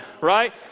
right